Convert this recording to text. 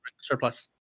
surplus